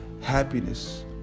happiness